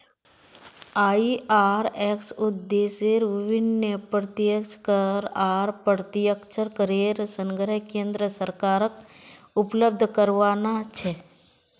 IRS उद्देश्य विभिन्न प्रत्यक्ष कर आर अप्रत्यक्ष करेर संग्रह केन्द्र सरकारक उपलब्ध कराना छे